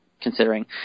considering